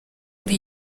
kuri